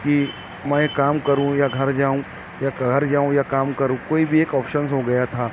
کہ میں کام کروں یا گھر جاؤں یا گھر جاؤں یا کام کروں کوئی بھی ایک آپشنس ہو گیا تھا